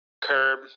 Curb